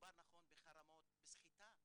מדובר בחרמות, בסחיטה.